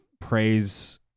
praise